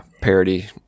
parody